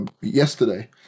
Yesterday